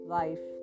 life